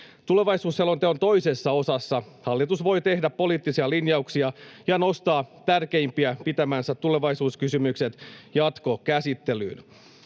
Tulevaisuusselonteon toisessa osassa hallitus voi tehdä poliittisia linjauksia ja nostaa tärkeimpinä pitämänsä tulevaisuuskysymykset jatkokäsittelyyn.